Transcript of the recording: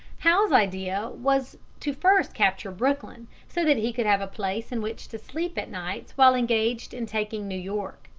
howe's idea was to first capture brooklyn, so that he could have a place in which to sleep at nights while engaged in taking new york.